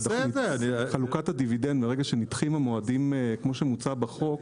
חלוקת הדיבידנד מרגע שנדחים המועדים כפי שמוצע בחוק,